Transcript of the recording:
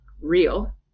real